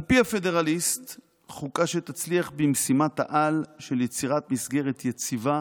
על פי הפדרליסט חוקה שתצליח במשימת-העל של יצירת מסגרת יציבה,